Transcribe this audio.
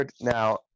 now